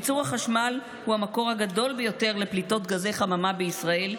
ייצור החשמל הוא המקור הגדול ביותר לפליטות גזי חממה בישראל,